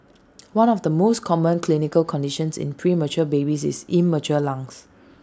one of the most common clinical conditions in premature babies is immature lungs